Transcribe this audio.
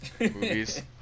movies